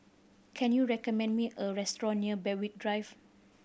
can you recommend me a restaurant near Berwick Drive